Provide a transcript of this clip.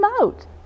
out